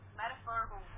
metaphorical